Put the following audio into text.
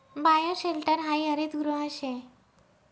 bioshelter हायी हरितगृह शे